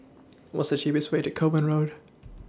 What's The cheapest Way to Kovan Road